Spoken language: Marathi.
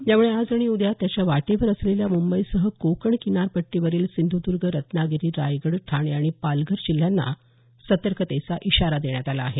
यामुळे आज आणि उद्या त्याच्या वाटेवर असलेल्या मुंबईसह कोकण किनारपट्टीवरील सिंधुदुर्ग रत्नागिरी रायगड ठाणे आणि पालघर जिल्ह्यांना सतर्कतेचा इशारा देण्यात आला आहे